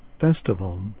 festival